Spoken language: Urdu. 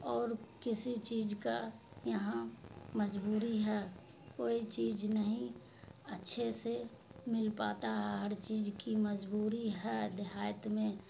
اور کسی چیز کا یہاں مجبوری ہے کوئی چیز نہیں اچھے سے مل پاتا ہے ہر چیز کی مجبوری ہے دیہات میں